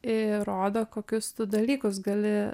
ir rodo kokius tu dalykus gali